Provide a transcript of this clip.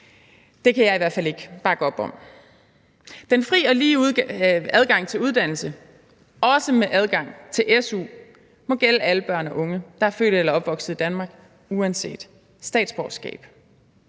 Det kan jeg i hvert fald ikke bakke op om. Den frie og lige adgang til uddannelse, også med adgang til su, må gælde alle børn og unge, der er født eller opvokset i Danmark uanset statsborgerskab.